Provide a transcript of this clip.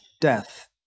Death